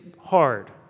hard